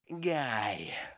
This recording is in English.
guy